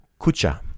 Kucha